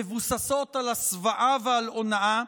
מבוססות על הסוואה והונאה,